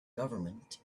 government